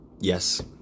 Yes